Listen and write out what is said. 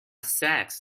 sex